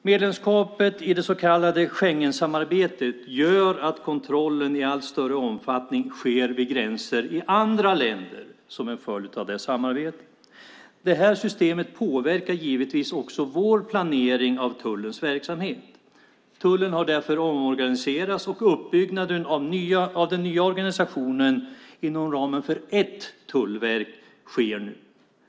Medlemskapet i det så kallade Schengensamarbetet gör att kontrollen i allt större omfattning sker vid gränser i andra länder som en följd av det samarbetet. Det här systemet påverkar givetvis också vår planering av tullens verksamhet. Tullen har därför omorganiserats, och uppbyggnaden av den nya organisationen inom ramen för ett tullverk sker nu.